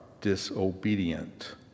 disobedient